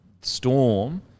Storm